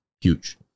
huge